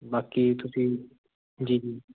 ਬਾਕੀ ਤੁਸੀਂ ਜੀ ਜੀ